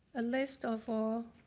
a list of all